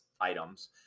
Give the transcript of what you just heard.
items